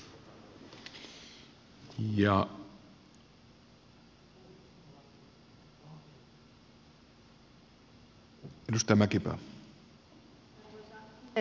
arvoisa puhemies